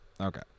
Okay